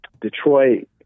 Detroit